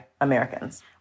Americans